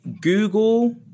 Google